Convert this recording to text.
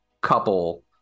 couple